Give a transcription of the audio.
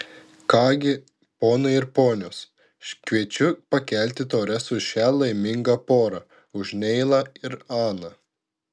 ką gi ponai ir ponios kviečiu pakelti taures už šią laimingą porą už neilą ir aną